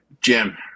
Jim